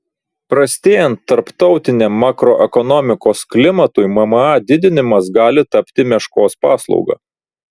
prastėjant tarptautiniam makroekonomikos klimatui mma didinimas gali tapti meškos paslauga